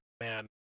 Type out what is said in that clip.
man